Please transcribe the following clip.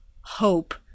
hope